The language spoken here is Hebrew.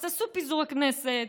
אז תעשו פיזור הכנסת,